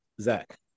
Zach